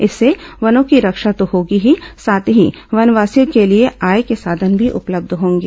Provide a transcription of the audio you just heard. इससे वनों की रक्षा तो होगी ही साथ ही वनवासियों के लिए आय के साधन भी उपलब्ध होंगे